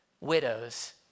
widows